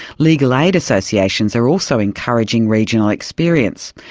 legal aid associations are also encouraging regional experience.